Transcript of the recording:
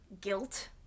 guilt